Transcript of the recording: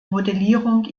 modellierung